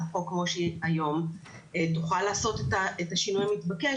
חוק כמו שהיא היום תוכל לעשות את השינוי המתבקש,